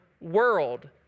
world